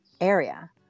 area